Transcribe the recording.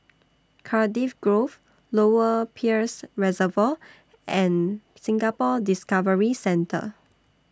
Cardiff Grove Lower Peirce Reservoir and Singapore Discovery Centre